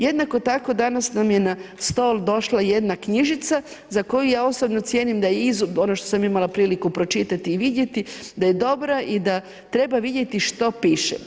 Jednako tako danas nam je na stol došla jedna knjižica za koju ja osobno cijenim da je, ono što sam imala priliku pročitati i vidjeti da je dobra i da treba vidjeti što piše.